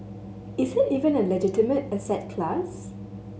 is it even a legitimate asset class